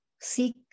seek